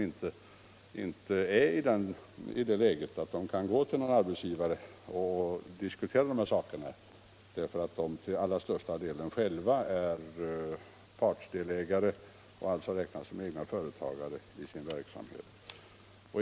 De är inte i det läget att de kan gå till någon arbetsgivare och diskutera de här sakerna, eftersom de till allra största delen är partsdelägare och alltså räknas som egna företagare i sin verksamhet.